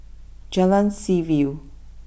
Jalan Seaview